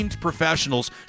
professionals